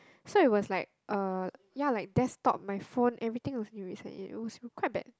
so I was like uh ya like desktop my phone everything also need resign in it was quite bad